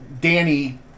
Danny